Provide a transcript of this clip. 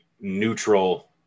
neutral